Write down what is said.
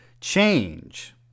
change